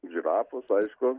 žirafos aišku